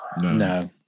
No